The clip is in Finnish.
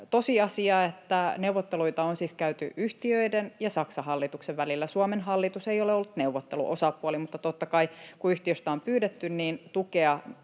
tosiasia, että neuvotteluita on siis käyty yhtiöiden ja Saksan hallituksen välillä. Suomen hallitus ei ole ollut neuvotteluosapuoli, mutta totta kai, kun yhtiöstä on pyydetty, tukea